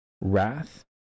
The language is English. wrath